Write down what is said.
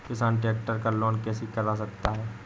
किसान ट्रैक्टर का लोन कैसे करा सकता है?